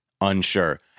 unsure